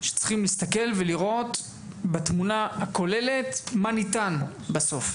שצריכים להסתכל ולראות בתמונה הכוללת מה ניתן בסוף.